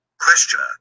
Questioner